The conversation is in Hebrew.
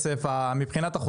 זה חוזה אחיד לכולם?